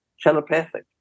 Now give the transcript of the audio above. telepathic